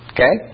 Okay